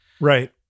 Right